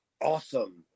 awesome